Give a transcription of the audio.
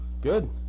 Good